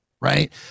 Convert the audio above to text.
right